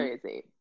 crazy